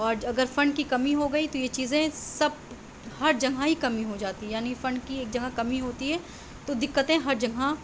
اور اگر فنڈ کی کمی ہوگئی تو یہ چیزیں سب ہر جگہ ہی کمی ہو جاتی یعنی فنڈ کی ایک جگہ کمی ہوتی ہے تو دقتیں ہر جگہ